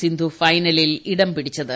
സിന്ധു ഫൈനലിൽ ഇടംപിടിച്ചത്